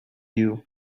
you